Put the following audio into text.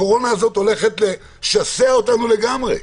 הקורונה הזאת הולכת לשסע אותנו לגמרי.